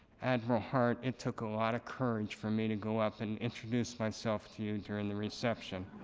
admiral hart it took a lot of courage for me to go up and introduce myself to you during the reception.